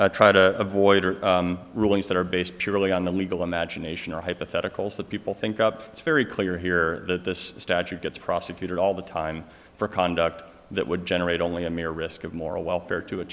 to try to avoid rulings that are based purely on the legal imagination or hypotheticals that people think up it's very clear here that this statute gets prosecuted all the time for conduct that would generate only a mere risk of moral welfare to a